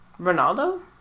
Ronaldo